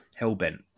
Hellbent